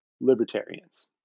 libertarians